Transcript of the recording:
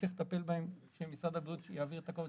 צריך לטפל בהם כשמשרד הבריאות יעביר את הקובץ